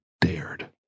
dared